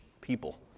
people